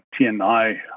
tni